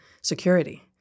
security